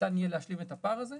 ניתן יהיה להשלים את הפער הזה.